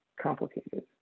complicated